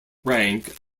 rank